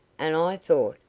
and i thought,